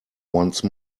once